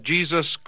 Jesus